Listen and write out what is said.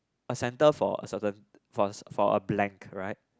a centre for a certain for a for a blank right